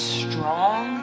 strong